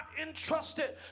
entrusted